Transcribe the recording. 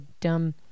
dumb